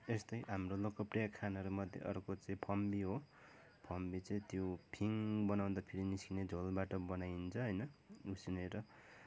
यस्तै हाम्रो लोकप्रिय खानाहरूमध्ये अर्को चाहिँ फम्बी हो फम्बी चाहिँ त्यो फिङ बनाउँदाखेरि निस्किने झोलबाट बनाइन्छ होइन उसिनेर